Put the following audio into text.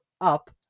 up